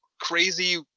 crazy